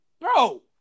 bro